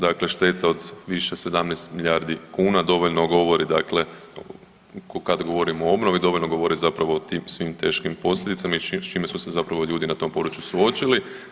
Dakle, šteta od više 17 milijardi kuna dovoljno govori dakle kad govorimo o obnovi dovoljno govori zapravo o tim svim teškim posljedicama i s čime su se zapravo ljudi na tom području suočili.